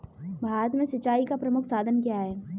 भारत में सिंचाई का प्रमुख साधन क्या है?